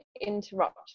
interrupt